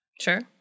Sure